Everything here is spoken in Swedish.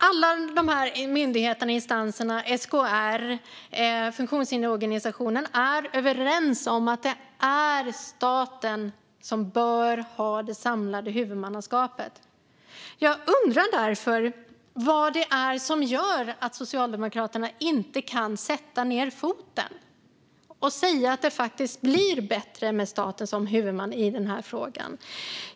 Alla de här myndigheterna och instanserna - SKR och funktionshindersorganisationer - är överens om att det är staten som bör ha det samlade huvudmannaskapet. Jag undrar därför vad det är som gör att Socialdemokraterna inte kan sätta ned foten i den här frågan och säga att det faktiskt blir bättre med staten som huvudman.